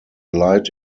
light